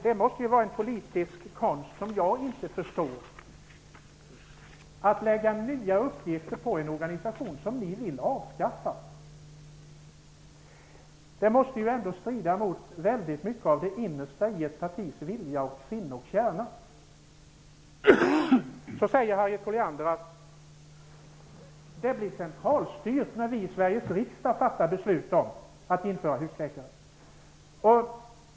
Att lägga nya uppgifter på en organisation som man vill avskaffa -- det är en politik som jag inte förstår. Det måste ju ändå strida mot mycket av ett partis vilja, sinne och kärna! Så säger Harriet Colliander att det blir centralstyrt när vi i Sveriges riksdag fattar beslut om att införa husläkare.